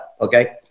okay